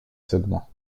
segments